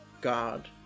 God